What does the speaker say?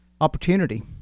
opportunity